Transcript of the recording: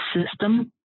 system